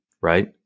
right